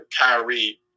Kyrie